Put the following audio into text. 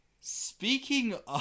Speaking